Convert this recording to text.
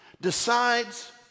decides